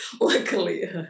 luckily